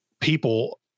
people